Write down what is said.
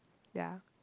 ya